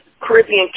Caribbean